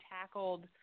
tackled